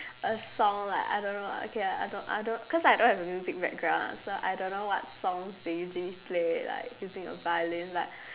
a song like I don't know lah okay ah I don't I don't cause I don't have a music background ah so I don't know what songs they usually play like using a violin but